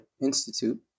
Institute